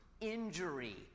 injury